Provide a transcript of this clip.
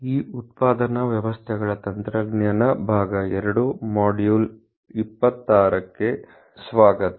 ಈ ಉತ್ಪಾದನಾ ವ್ಯವಸ್ಥೆಗಳ ತಂತ್ರಜ್ಞಾನ ಭಾಗ 2 ಮಾಡ್ಯೂಲ್ಗೆ ನಮಸ್ಕಾರ ಮತ್ತು ಸ್ವಾಗತ